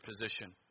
position